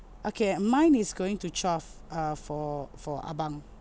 okay mine is going to twelve uh for for ahbang